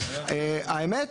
האמת?